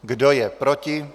Kdo je proti?